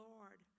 Lord